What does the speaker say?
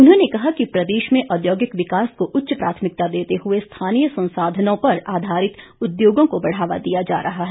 उन्होंने कहा कि प्रदेश में औद्योगिक विकास को उच्च प्राथमिकता देते हुए स्थानीय संसाधनों पर आधारित उद्योगों को बढ़ावा दिया जा रहा है